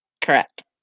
Correct